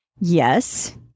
yes